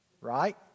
right